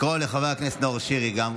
לקרוא גם לחבר הכנסת נאור שירי.